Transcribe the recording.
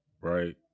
right